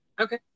Okay